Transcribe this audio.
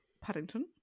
Paddington